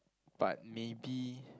but maybe